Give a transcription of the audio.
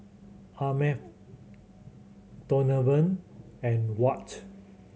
Arnav Donovan and Watt